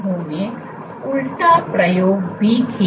उन्होंने उल्टा प्रयोग भी किया